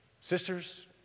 sisters